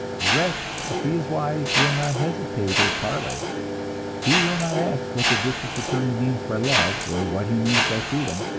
the wretch, if he is wise, will not hesitate or parley he will not ask what the district attorney means by love, or what he means by freedom.